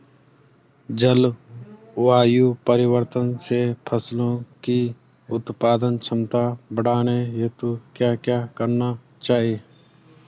जलवायु परिवर्तन से फसलों की उत्पादन क्षमता बढ़ाने हेतु क्या क्या करना चाहिए?